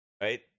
Right